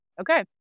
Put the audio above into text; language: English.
okay